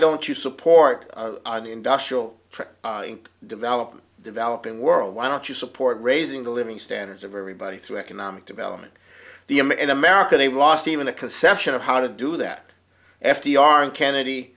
don't you support the industrial development developing world why don't you support raising the living standards of everybody through economic development the i'm in america they've lost even a conception of how to do that f d r and kennedy